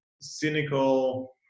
cynical